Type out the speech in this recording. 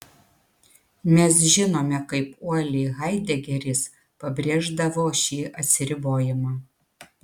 mes žinome kaip uoliai haidegeris pabrėždavo šį atsiribojimą